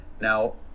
Now